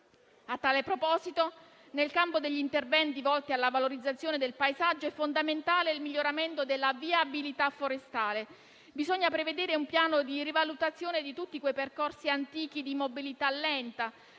A tale proposito, nel campo degli interventi volti alla valorizzazione del paesaggio, è fondamentale il miglioramento della viabilità forestale. Bisogna prevedere un piano di rivalutazione di tutti quei percorsi antichi di mobilità lenta,